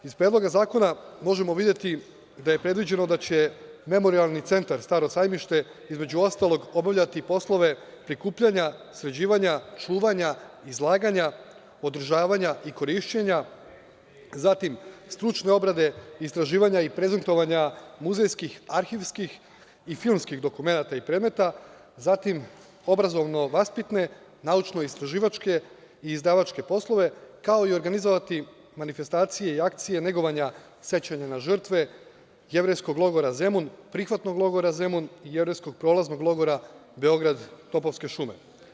Iz Predloga zakona možemo videti da je predviđeno da će Memorijalni centar „Staro Sajmište“ između ostalog obavljati poslove prikupljanja, sređivanja, čuvanja, izlaganja, održavanja i korišćenja, zatim stručne obrade, istraživanja i prezentovanja muzejskih arhivskih i filmskih dokumenta i predmeta, zatim obrazovno-vaspitne, naučno-istraživačke i izdavačke poslove, kao i organizovati manifestacije i akcije negovanja sećanja na žrtve „Jevrejskog logora Zemun“, „Prihvatnog logora Zemun“ i „Jevrejskog prolaznog logora Beograd – Topolske šume“